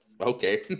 Okay